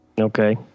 Okay